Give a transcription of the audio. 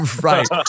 right